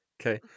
Okay